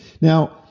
Now